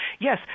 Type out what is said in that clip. yes